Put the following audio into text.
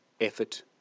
effort